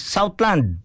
Southland